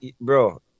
Bro